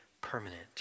permanent